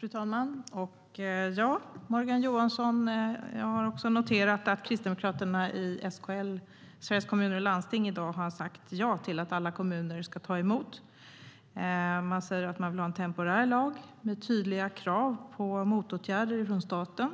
Fru talman! Ja, Morgan Johansson, också jag har noterat att Kristdemokraterna i Sveriges Kommuner och Landsting, SKL, i dag har sagt ja till att alla kommuner ska ta emot flyktingar. Man säger att man vill ha en temporär lag med tydliga krav på motåtgärder från staten.